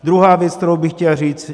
Druhá věc, kterou bych chtěl říct.